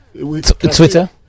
Twitter